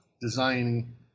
designing